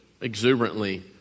exuberantly